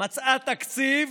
מצאה תקציב,